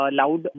loud